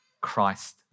Christ